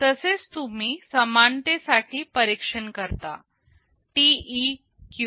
तसेच तुम्ही समानते साठी परीक्षण करता TEQ